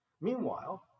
Meanwhile